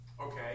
Okay